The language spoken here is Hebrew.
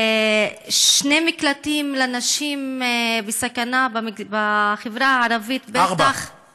שני מקלטים לנשים בסכנה בחברה הערבית בטח, ארבעה.